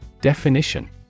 Definition